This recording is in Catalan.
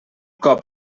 cop